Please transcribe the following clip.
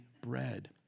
bread